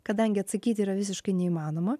kadangi atsakyti yra visiškai neįmanoma